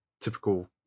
typical